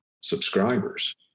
subscribers